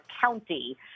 county